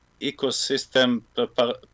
ecosystem